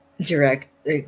direct